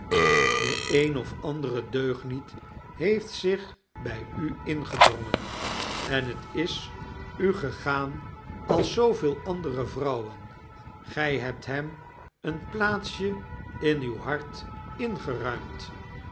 de een of andere deugniet heeft zich by u ingedrongen en het is u gegaan als zooveel andere vrouwen gij hebt hem een plaatsje in uw hart ingeruimd